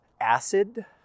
acid